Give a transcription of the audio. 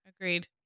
Agreed